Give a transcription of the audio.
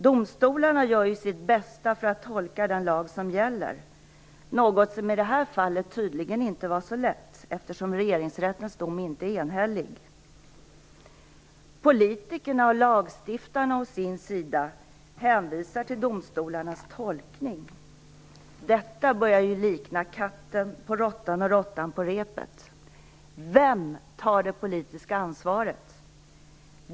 Domstolarna gör ju sitt bästa för att tolka den lag som gäller - något som i det här fallet tydligen inte var så lätt, eftersom Regeringsrättens dom inte är enhällig. Politikerna och lagstiftarna å sin sida hänvisar till domstolarnas tolkning. Detta börjar ju likna katten på råttan och råttan på repet. Vem tar det politiska ansvaret?